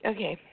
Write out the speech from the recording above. Okay